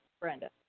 Brenda